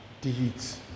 deeds